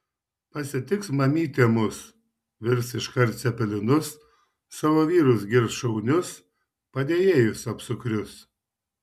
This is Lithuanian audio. pasitiks mamytė mus virs iškart cepelinus savo vyrus girs šaunius padėjėjus apsukrius